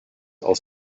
aus